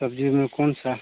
सब्ज़ी में कौन सा